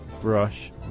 brush